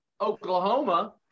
Oklahoma